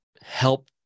help